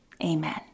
amen